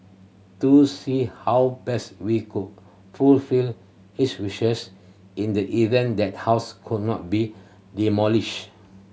to see how best we could fulfill his wishes in the event that house could not be demolished